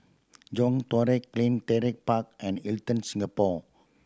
John Todak Clean Park and Hilton Singapore